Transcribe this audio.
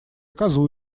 козу